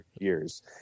years